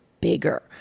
bigger